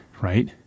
right